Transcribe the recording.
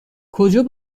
کجا